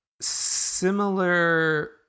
similar